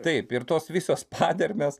taip ir tos visos padermės